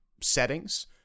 settings